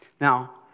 Now